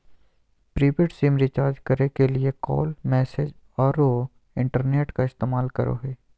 prepaid SIM recharge करे के लिए कॉल, मैसेज औरो इंटरनेट का इस्तेमाल करो हइ